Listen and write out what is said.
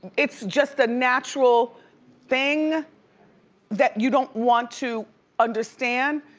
it's just a natural thing that you don't want to understand,